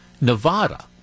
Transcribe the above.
Nevada